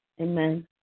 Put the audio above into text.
Amen